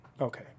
Okay